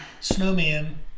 snowman